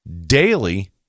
daily